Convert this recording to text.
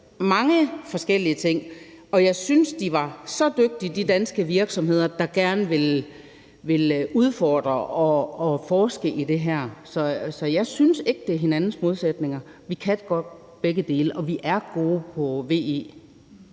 mange forskellige ting. Og jeg synes, at de danske virksomheder, der gerne vil udfordre og forske i det her, var så dygtige. Så jeg synes ikke, de er hinandens modsætninger. Vi kan godt gøre begge dele, og vi er gode på